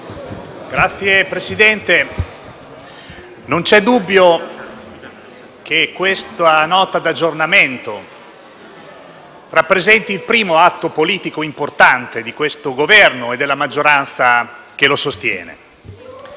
Signor Presidente, non c'è dubbio che la presente Nota di aggiornamento rappresenti il primo atto politico importante di questo Governo e delle maggioranza che lo sostiene.